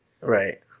Right